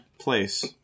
Place